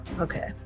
okay